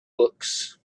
books